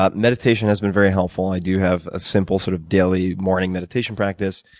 ah meditation has been very helpful. i do have a simple, sort of daily, morning meditation practice,